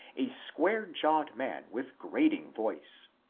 a square-jawed man with grating voice.